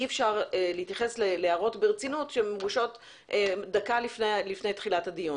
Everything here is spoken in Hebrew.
אי אפשר להתייחס להערות ברצינות כשהן מוגשות דקה לפני תחילת הדיון.